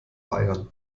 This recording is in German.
bayern